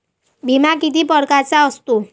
बिमा किती परकारचा असतो?